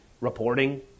Reporting